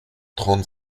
trente